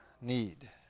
need